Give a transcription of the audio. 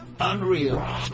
Unreal